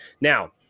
Now